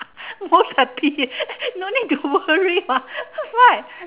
most of thing no need to worry what ah right